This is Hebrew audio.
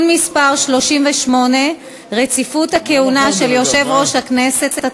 מס' 38) (רציפות הכהונה של יושב-ראש הכנסת),